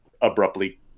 abruptly